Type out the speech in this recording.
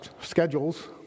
schedules